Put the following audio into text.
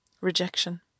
Rejection